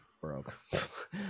broke